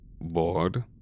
Bored